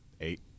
eight